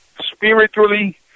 spiritually